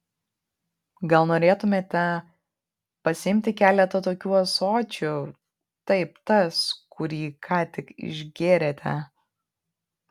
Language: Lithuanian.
gal norėtumėte pasiimti keletą tokių ąsočių taip tas kurį ką tik išgėrėte